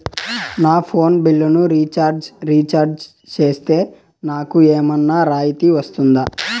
నా ఫోను బిల్లును recharge recharge సేస్తే, నాకు ఏమన్నా రాయితీ వస్తుందా?